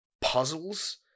puzzles